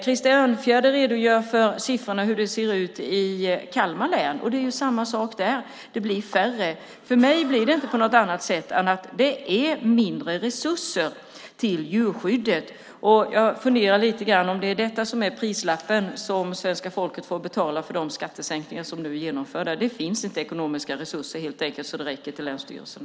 Krister Örnfjäder redogjorde för hur det ser ut i Kalmar län. Där är det samma sak. Det blir färre. För mig visar detta inte något annat än att det blir mindre resurser till djurskyddet. Är det detta som är det pris som svenska folket får betala för de skattesänkningar som nu är genomförda? Det finns helt enkelt inte ekonomiska resurser så att det räcker till länsstyrelserna.